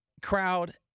Crowd